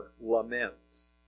laments